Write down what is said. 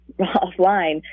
offline